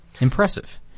Impressive